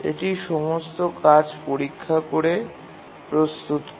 এটি সমস্ত কাজ পরীক্ষা করে প্রস্তুত করে